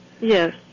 Yes